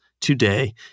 today